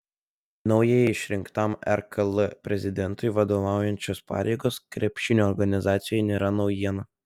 naujai išrinktam rkl prezidentui vadovaujančios pareigos krepšinio organizacijoje nėra naujiena